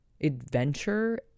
adventure